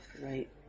right